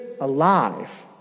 alive